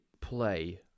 play